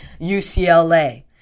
UCLA